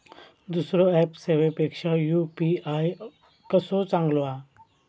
दुसरो ऍप सेवेपेक्षा यू.पी.आय कसो चांगलो हा?